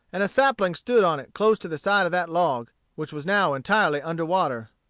and a sapling stood on it close to the side of that log, which was now entirely under water.